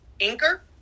anchor